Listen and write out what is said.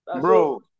Bro